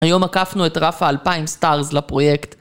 היום עקפנו את רף האלפיים סטארס לפרויקט